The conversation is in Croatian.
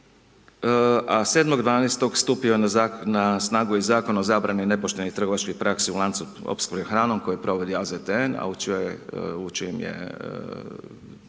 a 7.12. stupio je na snagu i Zakon o zabrani nepoštenih trgovačkih praksi u lancu opskrbe hranom koju provodi AZT a u čijem